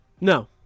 No